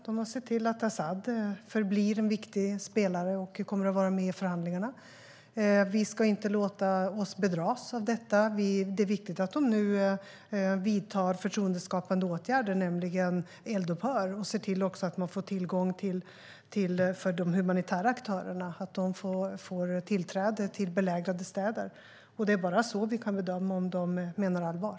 De har sett till att Asad förblir en viktig spelare och kommer att vara med i förhandlingarna. Vi ska inte låta oss bedras av detta. Det är viktigt att de nu vidtar förtroendeskapande åtgärder, nämligen eldupphör, och ser till att de humanitära aktörerna får tillträde till belägrade städer. Det är bara så vi kan bedöma om de menar allvar.